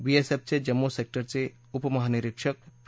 बीएसएफचे जम्मू सेक्टरचे उपमहानिरीक्षक पी